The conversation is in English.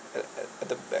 at at at the back